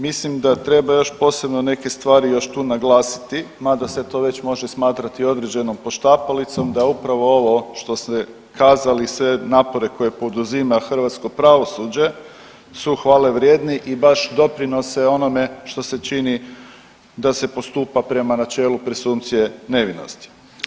Mislim da treba još posebno neke stvari još tu naglasiti, mada se to već može smatrati određenom poštapalicom, da upravo ovo što ste kazali, sve napore koje poduzima hrvatsko pravosuđe su hvale vrijedne i baš doprinose onome što se čini da se postupa prema načelu presumpcije nevinosti.